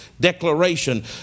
declaration